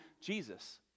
Jesus